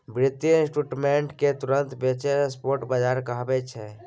बित्तीय इंस्ट्रूमेंट केँ तुरंत बेचब स्पॉट बजार कहाबै छै